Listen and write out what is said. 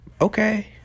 okay